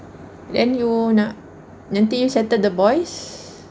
then you nak nanti settle the boys